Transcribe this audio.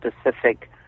specific